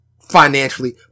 financially